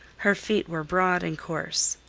her feet were broad and coarse.